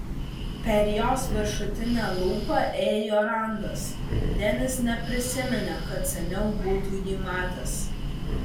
per jos viršutinę lūpą ėjo randas denis neprisiminė kad seniau būtų jį matęs